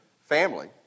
family